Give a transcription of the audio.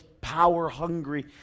power-hungry